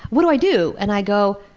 what do i do! and i go,